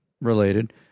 related